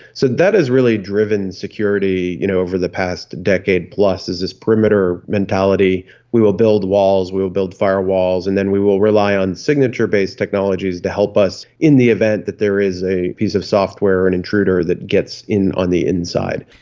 so that has really driven security you know over the past decade-plus, is this perimeter mentality we will build walls, we will build firewalls and then we will rely on signature-based technologies to help us in the event that there is a piece of software, an intruder that gets in on the inside.